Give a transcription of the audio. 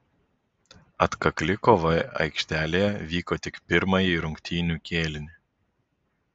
atkakli kova aikštelėje vyko tik pirmąjį rungtynių kėlinį